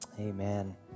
Amen